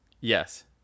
Yes